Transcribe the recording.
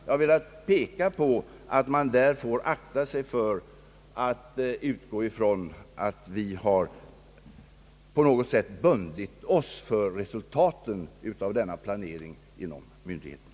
Jag har velat peka på att man får akta sig för att utgå ifrån att vi på något sätt har bundit oss för resultaten av denna planering inom myndigheterna.